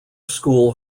school